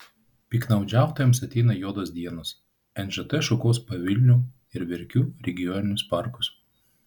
piktnaudžiautojams ateina juodos dienos nžt šukuos pavilnių ir verkių regioninius parkus